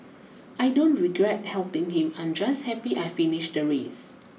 I don't regret helping him I'm just happy I finished the race